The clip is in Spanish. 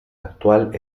actual